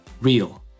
real